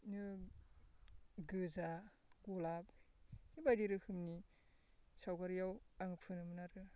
इदिनो गोजा गलाफ बायदिरोखोमनि सावगारियाव आं फुनोमोन आरो